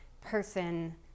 person